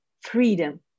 freedom